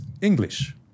English